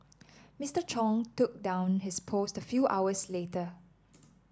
Mister Chung took down his post a few hours later